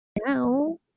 Now